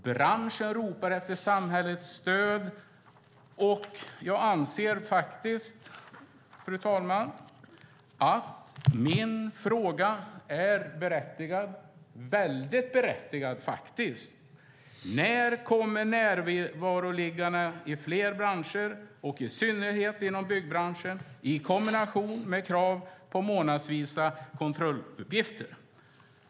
Branschen ropar efter samhällets stöd, och jag anser, fru talman, att min fråga är väldigt berättigad: När kommer det närvaroliggare i fler branscher, i synnerhet inom byggbranschen, i kombination med krav på månadsvisa kontrolluppgifter?